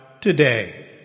today